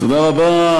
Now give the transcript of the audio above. תודה רבה.